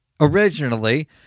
Originally